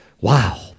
Wow